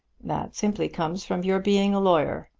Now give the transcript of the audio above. that simply comes from your being a lawyer.